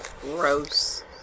Gross